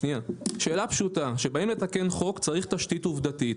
שאלה פשוטה, כשבאים לתקן חוק, צריך תשתית עובדתית.